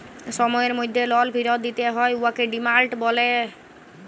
সময়ের মধ্যে লল ফিরত দিতে হ্যয় উয়াকে ডিমাল্ড লল ব্যলে